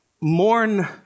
mourn